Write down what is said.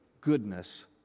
goodness